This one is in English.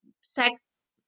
sex